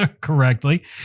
correctly